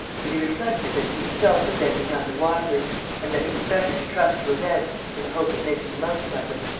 but he reflected that he himself would then be none the wiser and that it was better to trust to events in the hope of making the most of them.